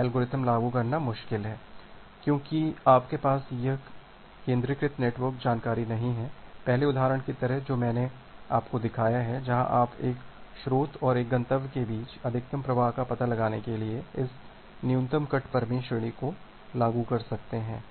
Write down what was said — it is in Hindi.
एल्गोरिथ्म लागू करना मुश्किल है क्योंकि आपके पास यह केंद्रीकृत नेटवर्क जानकारी नहीं है पहले उदाहरण की तरह जो मैंने आपको दिखाया है जहां आप एक स्रोत और एक गंतव्य के बीच अधिकतम प्रवाह का पता लगाने के लिए इस न्यूनतम कट प्रमेय को लागू कर सकते हैं